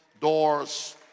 doors